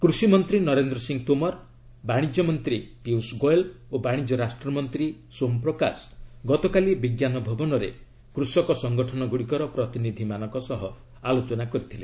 କୃଷିମନ୍ତ୍ରୀ ନରେନ୍ଦ୍ର ସିଂ ତୋମର ବାଶିଜ୍ୟ ମନ୍ତ୍ରୀ ପୀୟୁଷ ଗୋୟଲ୍ ଓ ବାଣିଜ୍ୟ ରାଷ୍ଟ୍ରମନ୍ତ୍ରୀ ସୋମ୍ ପ୍ରକାଶ ଗତକାଲି ବିଜ୍ଞାନ ଭବନରେ କୃଷକ ସଙ୍ଗଠନଗୁଡ଼ିକର ପ୍ରତିନିଧିମାନଙ୍କ ସହ ଆଲୋଚନା କରିଥିଲେ